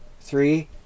three